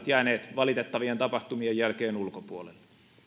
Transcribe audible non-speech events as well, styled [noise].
[unintelligible] jääneet valitettavien tapahtumien jälkeen ulkopuolelle